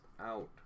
out